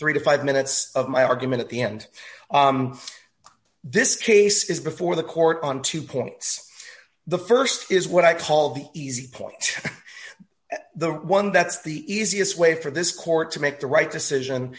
three to five minutes of my argument at the end of this case is before the court on two points the st is what i call the easy point the one that's the easiest way for this court to make the right decision